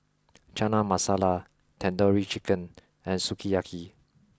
Chana Masala Tandoori Chicken and Sukiyaki